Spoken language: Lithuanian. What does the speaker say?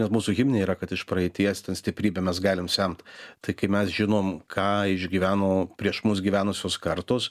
net mūsų himne yra kad iš praeities stiprybę mes galim semt tai kai mes žinom ką išgyveno prieš mus gyvenusios kartos